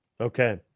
Okay